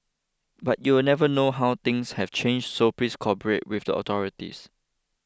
but you'll never know how things have changed so please cooperate with the authorities